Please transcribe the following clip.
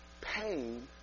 pain